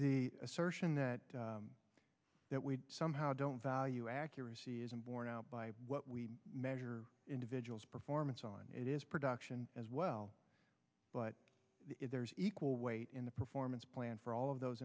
the assertion that that we somehow don't value accuracy isn't borne out by what we measure individual's performance on it is production as well but if there's equal weight in the performance plan for all of those